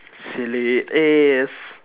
silly eh yes